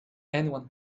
anyone